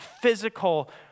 physical